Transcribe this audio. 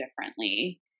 differently